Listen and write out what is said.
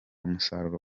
musaruro